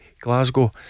Glasgow